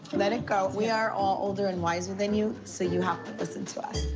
let it go. we are all older and wiser than you so you have to listen to us.